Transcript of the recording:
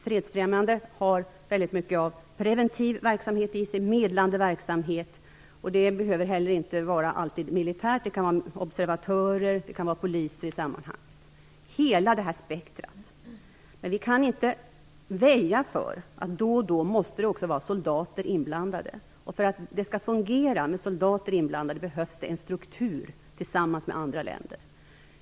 Fredsfrämjande arbete har mycket av preventiv och medlande verksamhet i sig, och det behöver inte alltid vara militär verksamhet, utan det kan vara med observatörer och poliser, hela detta spektrum. Men vi kan inte väja för att det då och då också måste vara soldater inblandade. För att det skall fungera med soldater inblandade behövs det en struktur tillsammans med andra länder.